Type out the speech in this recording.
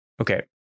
Okay